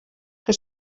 que